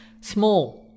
small